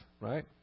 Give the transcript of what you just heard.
right